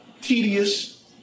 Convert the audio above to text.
tedious